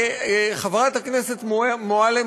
הם צנועים.